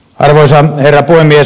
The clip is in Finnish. arvoisa herra puhemies